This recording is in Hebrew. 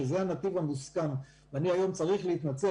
שזה הנתיב המוסכם ואני היום צריך להתנצל